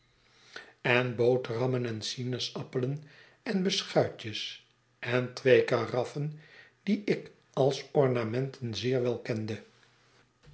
en boterhammen en sinaasappelen en beschuitjes en twee karaffen die ik als ornamenten zeer wel kende